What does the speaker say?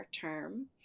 term